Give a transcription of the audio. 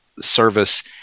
service